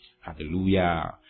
Hallelujah